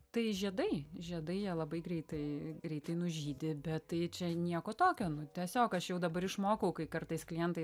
tai žiedai žiedai jie labai greitai greitai nužydi bet tai čia nieko tokio nu tiesiog aš jau dabar išmokau kai kartais klientai